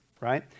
right